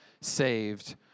saved